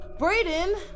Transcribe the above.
Brayden